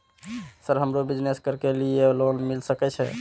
Sir हमरो business करके ली ये लोन मिल सके छे?